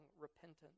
repentance